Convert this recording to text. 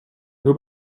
nur